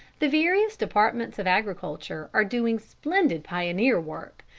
the various departments of agriculture are doing splendid pioneer work,